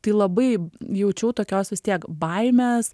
tai labai jaučiau tokios vis tiek baimės